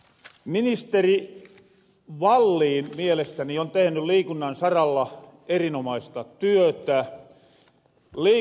ministeri wallin mielestäni on tehny liikunnan saralla erinomaista työtä